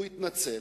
הוא התנצל.